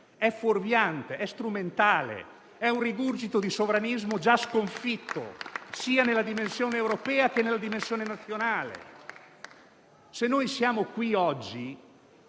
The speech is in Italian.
è fuorviante e strumentale. È un rigurgito di sovranismo, già sconfitto sia nella dimensione europea che in quella nazionale. Se noi siamo qui oggi,